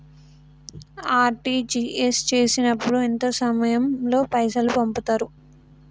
RTGS చేసినప్పుడు ఎంత సమయం లో పైసలు పంపుతరు?